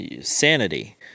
Sanity